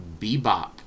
Bebop